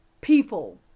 People